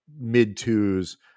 mid-twos